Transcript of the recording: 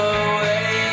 away